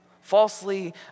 Falsely